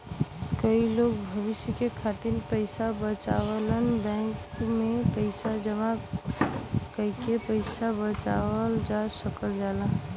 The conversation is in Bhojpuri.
कई लोग भविष्य के खातिर पइसा बचावलन बैंक में पैसा जमा कइके पैसा बचावल जा सकल जाला